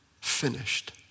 finished